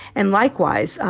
and likewise,